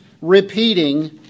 repeating